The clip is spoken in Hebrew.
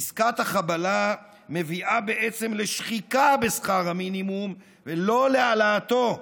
עסקת החבלה מביאה בעצם לשחיקה בשכר המינימום ולא להעלאתו.